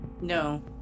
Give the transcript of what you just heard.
No